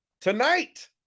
tonight